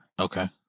Okay